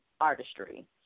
artistry